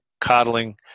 coddling